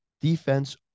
defense